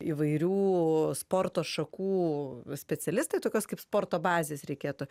įvairių sporto šakų specialistai tokios kaip sporto bazės reikėtų